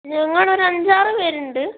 ഞങ്ങളൊരു അഞ്ചാറ് പേരുണ്ട്